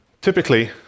Typically